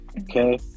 okay